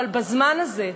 אבל בזמן הזה,